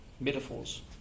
metaphors